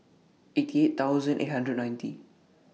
eighty eight eight hundred and ninety